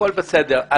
הכול בסדר.